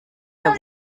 der